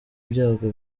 ibyago